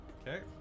Okay